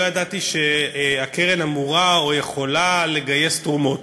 ידעתי שהקרן אמורה או יכולה לגייס תרומות.